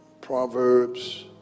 Proverbs